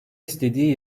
istediği